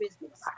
business